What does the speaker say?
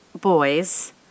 boys